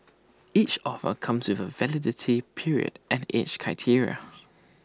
each offer comes with A validity period and age criteria